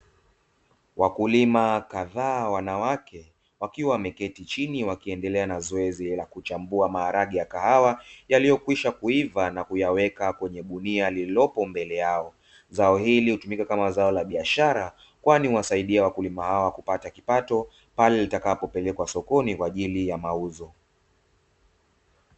Wakulima kadhaa wanawake wakiwa wameketi chini wakiendelea na zoezi la kuchambua maharage ya kahawa yaliyokwisha kuiva na kuyaweka kwenye gunia lililopo mbele yao, zao hili hutumika kama zao la biashara kwani wasaidie wakulima hawa kupata kipato pale litakapopelekwa sokoni kwa ajili ya mauzo.